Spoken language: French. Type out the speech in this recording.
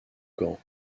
gand